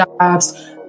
jobs